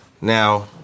Now